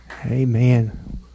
Amen